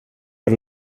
per